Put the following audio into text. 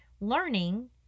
Learning